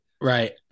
right